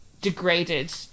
degraded